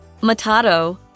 Matado